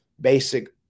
basic